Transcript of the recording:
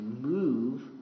move